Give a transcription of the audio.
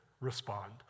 respond